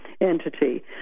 entity